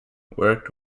worked